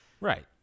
Right